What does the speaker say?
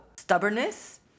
Stubbornness